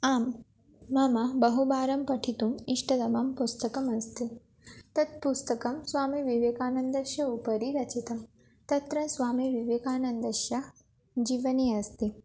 आं नाम बहुवारं पठितुम् इष्टतमं पुस्तकम् अस्ति तत् पुस्तकं स्वामीविवेकानन्दस्य उपरि रचितं तत्र स्वामीविवेकानन्दस्य जीवनि अस्ति